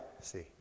See